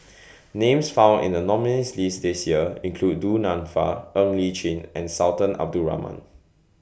Names found in The nominees' list This Year include Du Nanfa Ng Li Chin and Sultan Abdul Rahman